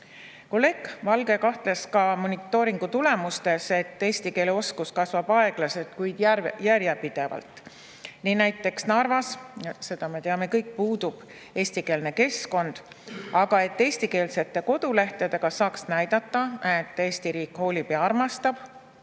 Kolleeg Valge kahtles ka selles monitooringutulemuses, et eesti keele oskus kasvab aeglaselt, kuid järjepidevalt. Näiteks Narvas – seda me teame kõik – puudub eestikeelne keskkond. Ainult eestikeelsete kodulehtedega aga saaks näidata, et Eesti riik hoolib eesti